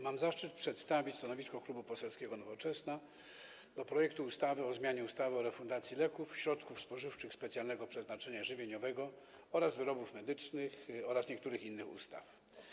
Mam zaszczyt przedstawić stanowisko Klubu Poselskiego Nowoczesna odnośnie do projektu ustawy o zmianie ustawy o refundacji leków, środków spożywczych specjalnego przeznaczenia żywieniowego oraz wyrobów medycznych oraz niektórych innych ustaw.